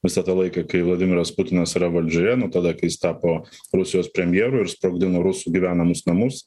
visą tą laiką kai vladimiras putinas yra valdžioje nuo tada kai jis tapo rusijos premjeru ir sprogdino rusų gyvenamus namus